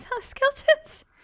skeletons